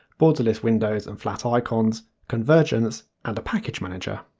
borderless windows and flat icons, convergence, and a package manager.